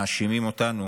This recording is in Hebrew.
מאשימים אותנו